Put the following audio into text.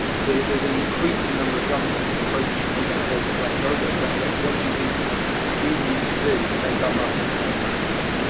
there's an increasing number of governments approaching organizations like gogla, saying, look, what do you think we need to do to make our markets more attractive?